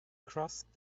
crossed